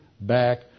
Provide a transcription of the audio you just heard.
back